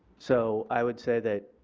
so i would say that